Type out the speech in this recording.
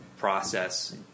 Process